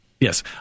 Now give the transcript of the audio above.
Yes